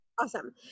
Awesome